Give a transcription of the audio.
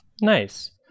Nice